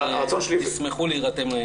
--- ישמחו להירתם לעניין.